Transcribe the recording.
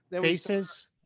Faces